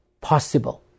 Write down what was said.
possible